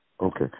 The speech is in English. Okay